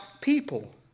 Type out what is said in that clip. people